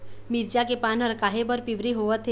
मिरचा के पान हर काहे बर पिवरी होवथे?